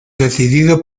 decidido